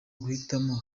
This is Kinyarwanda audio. guhitamo